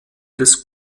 des